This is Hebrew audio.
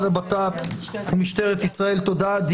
למשרד לביטחון פנים,